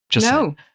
No